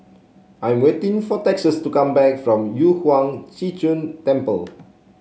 I'm waiting for Texas to come back from Yu Huang Zhi Zun Temple